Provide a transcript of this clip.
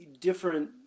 different